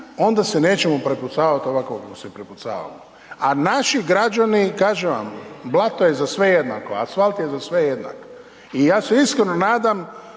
onda se nećemo prepucavati ovako kako se prepucavamo. A naši građani, kažem vam, blato je za sve jednako, asfalt je za sve jednak i ja se iskreno nadam